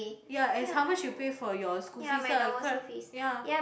ya as how much you pay for your school fees ah ya